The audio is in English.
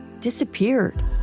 disappeared